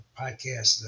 podcast